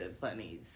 bunnies